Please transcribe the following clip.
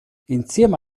insieme